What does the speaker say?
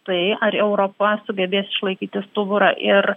tai ar europa sugebės išlaikyti stuburą ir